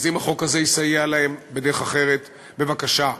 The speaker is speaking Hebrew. אז אם החוק הזה יסייע להם בדרך אחרת, בבקשה.